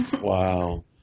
Wow